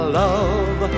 love